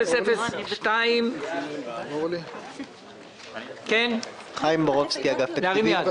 30-002. אני איל מידן, רפרנט קליטה באגף תקציבים.